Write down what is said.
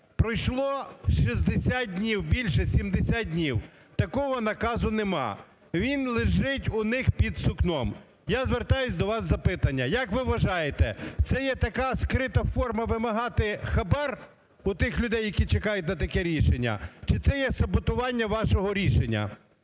Пройшло 60 днів, більше – 70 днів, такого наказу немає. Він лежить у них під сукном. Я звертаюсь до вас з запитанням. Як ви вважаєте, це є така скрита форма вимагати хабар у тих людей, які чекають на таке рішення, чи є саботування вашого рішення?